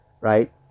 right